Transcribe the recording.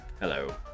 Hello